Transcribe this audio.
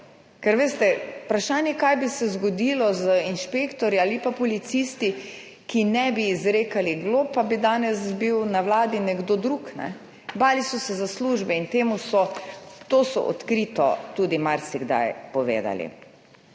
Ker veste, vprašanje, kaj bi se zgodilo z inšpektorji ali pa policisti, ki ne bi izrekali glob pa bi danes bil na Vladi nekdo drug. Bali so se za službe in to so odkrito tudi marsikdaj povedali.